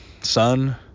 son